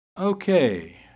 Okay